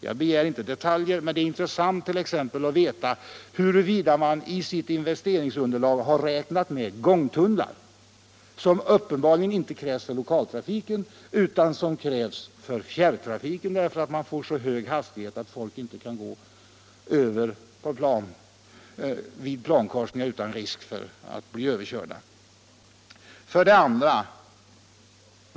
Jag begär inte några detaljer, men det vore t.ex. intressant att få veta huruvida man i sitt investeringsunderlag räknat med exempelvis gångtunnlar, som uppenbarligen inte krävs för lokaltrafiken utan bara för fjärrtrafiken, eftersom man där har så höga hastigheter att folk inte kan gå över vid plankorsningar utan risk för att bli överkörda. 2.